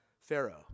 Pharaoh